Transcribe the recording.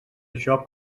això